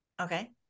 Okay